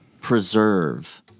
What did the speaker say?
preserve